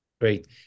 Great